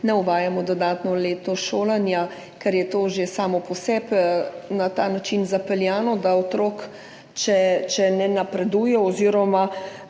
ne uvajamo dodatnega leta šolanja, ker je to že samo po sebi na ta način zapeljano, da otrok, če ne napreduje oziroma